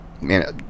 man